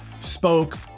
spoke